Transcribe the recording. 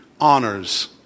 honors